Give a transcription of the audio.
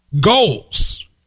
goals